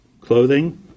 clothing